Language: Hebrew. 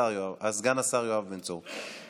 סגן השר יואב בן צור.